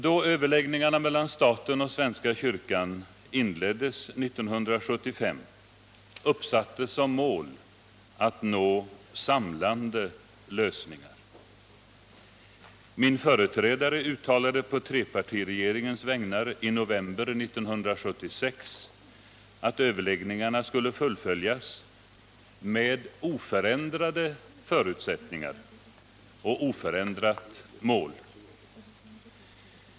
Då överläggningarna mellan staten och svenska kyrkan inleddes 1975 uppsattes som mål att nå samlande lösningar. Min företrädare uttalade på trepartiregeringens vägnar i november 1976 att överläggningarna skulle fullföljas med oförändrade förutsättningar och oförändrat mål.